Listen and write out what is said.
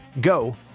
Go